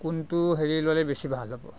কোনটো হেৰি ল'লে বেছি ভাল হ'ব